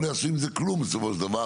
הם לא יעשו עם זה כלום בסופו של דבר